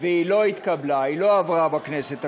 והיא לא התקבלה, היא לא עברה בכנסת הקודמת.